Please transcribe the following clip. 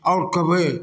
और कहबै